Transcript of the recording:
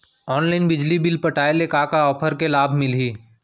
Online बिजली bill पटाय ले का का ऑफ़र के लाभ मिलही?